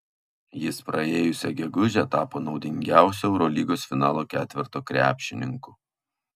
jis praėjusią gegužę tapo naudingiausiu eurolygos finalo ketverto krepšininku